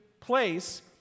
place